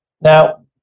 Now